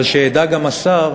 אבל שידע גם השר,